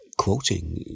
quoting